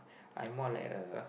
I'm more like a